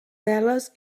veles